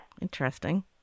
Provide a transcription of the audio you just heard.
Interesting